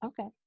okay